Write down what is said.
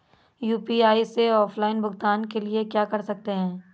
UPI से offline भुगतान के लिए क्या कर सकते हैं?